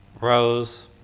Rose